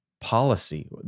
policy